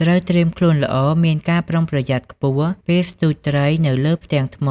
ត្រូវត្រៀមខ្លួនល្អ មានការប្រុងប្រយ័ត្នខ្ពស់ពេលស្ទូចត្រីនៅលើផ្ទាំងថ្ម